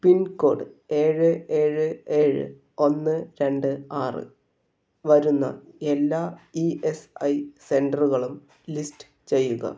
pincode ഏഴ് ഏഴ് ഏഴ് ഒന്ന് രണ്ട് ആറ് വരുന്ന എല്ലാ ഈ എസ് ഐ സെൻറ്ററുകളും ലിസ്റ്റ് ചെയ്യുക